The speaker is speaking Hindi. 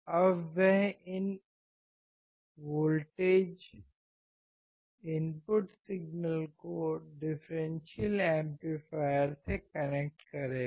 अब वह इन वोल्टेज इनपुट सिग्नल को डिफरेंशियल एम्पलीफायर से कनेक्ट करेगा